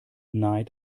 neid